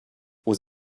was